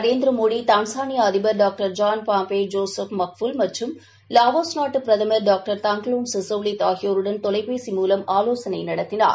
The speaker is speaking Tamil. நரேந்திர மோடிடான்சானியா அதிபர் doctor John Pombe Joseph Magufuli மற்றும் லாவோஸ் நாட்டு பிரதமர் டாக்டர் தாங்க்லௌன் சிசௌலித் ஆகியோருடன் தொலைபேசி மூலம் ஆலோசனை நடத்தினார்